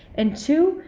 and two,